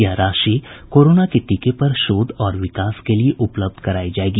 यह राशि कोरोना के टीके पर शोध और विकास के लिए उपलब्ध कराई जाएगी